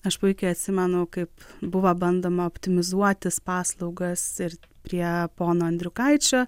aš puikiai atsimenu kaip buvo bandoma optimizuotis paslaugas ir prie pono andriukaičio